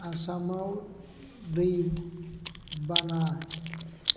आसामाव दै बाना